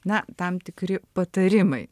na tam tikri patarimai